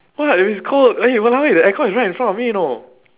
what it's cold eh you !walao! eh the aircon is right in front of me know